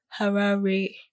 Harare